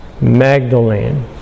Magdalene